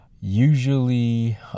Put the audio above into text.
usually